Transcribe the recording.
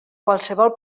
qualsevol